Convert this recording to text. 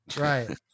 Right